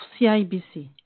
CIBC